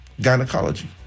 Gynecology